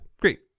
great